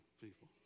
people